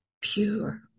pure